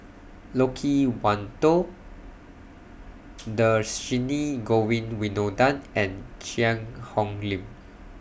Loke Wan Tho Dhershini Govin Winodan and Cheang Hong Lim